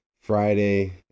Friday